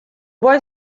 boy